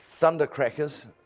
thundercrackers